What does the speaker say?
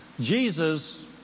Jesus